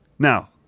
Now